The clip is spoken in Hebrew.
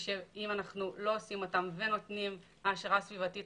שאם אנחנו לא עושים אותן ונותנים העשרה סביבתית